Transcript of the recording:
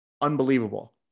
unbelievable